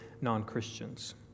non-Christians